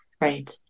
Right